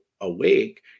awake